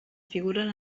figuren